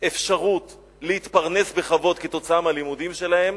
אפשרות להתפרנס בכבוד כתוצאה מהלימודים שלהם